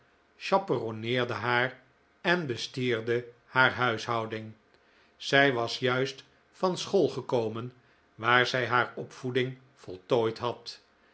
haar en bestierde haar huishouding zij was juist van school gekomen waar zij haar opvoeding voltooid had